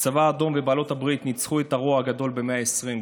הצבא האדום ובעלות הברית ניצחו את הרוע גדול במאה ה-20,